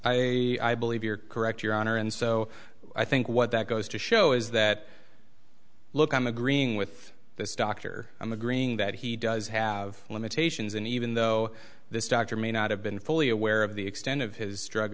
eleven i believe you're correct your honor and so i think what that goes to show is that look i'm agreeing with this doctor i'm agreeing that he does have limitations and even though this doctor may not have been fully aware of the extent of his drug